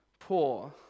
poor